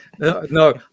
No